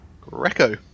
Greco